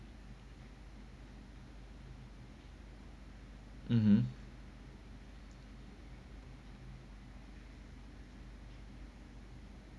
mmhmm